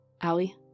Allie